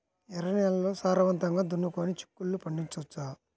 ఎర్ర నేలల్లో సారవంతంగా దున్నుకొని చిక్కుళ్ళు పండించవచ్చు